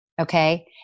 Okay